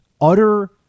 utter